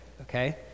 okay